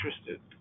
interested